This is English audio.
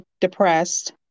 depressed